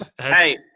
Hey